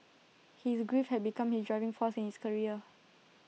his grief had become his driving force in his career